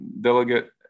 delegate